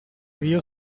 via